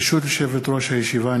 ברשות יושבת-ראש הישיבה,